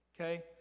Okay